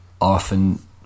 often